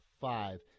five